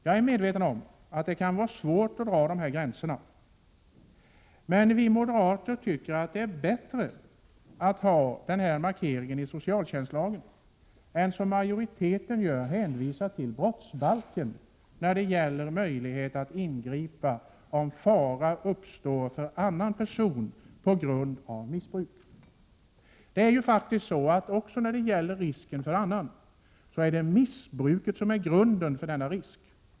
Jag är medveten om att det kan vara svårt att dra gränser, men vi moderater tycker att det är bättre att göra en markering i socialtjänstlagen än att göra som majoriteten och hänvisa till brottsbalken när det gäller möjlighet att ingripa om fara uppstår för annan person på grund av missbruk. När det gäller risk för annan är det ju faktiskt missbruket som är grunden till denna risk.